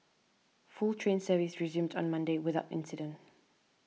full train service resumed on Monday without incident